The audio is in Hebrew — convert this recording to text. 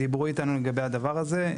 דיברו איתנו לגבי הדבר הזה.